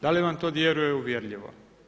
Da li vam to djeluje uvjerljivo?